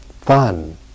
fun